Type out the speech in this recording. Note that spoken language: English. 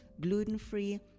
gluten-free